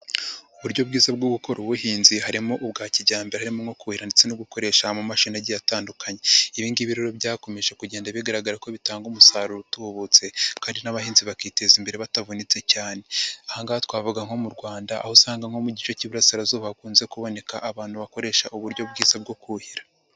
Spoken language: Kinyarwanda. Uburyo bwiza bwo gukora ubuhinzi harimo ubwa kijyambere harimo nko kuhira ndetse no gukoresha amamashini agiye atandukanye, ibi ngibi rero byakomeje kugenda bigaragara ko bitanga umusaruro utubutse kandi n'abahinzi bakiteza imbere batavunetse cyane, aha ngaha twavuga nko mu Rwanda aho usanga nko mu gice k'Iburasirazuba hakunze kuboneka abantu bakoresha uburyo bwiza bwo kuhira.